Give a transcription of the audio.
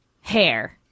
Hair